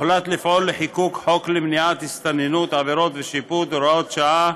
הוחלט לפעול לחיקוק חוק למניעת הסתננות (עבירות ושיפוט) (הוראות שעה),